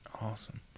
awesome